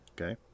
Okay